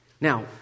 Now